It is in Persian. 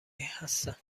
هستم